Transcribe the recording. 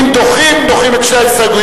אם דוחים, דוחים את שתי ההסתייגויות.